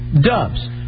Dubs